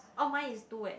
oh mine is two eh